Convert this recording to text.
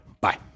Bye